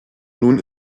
nun